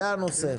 זה הנושא.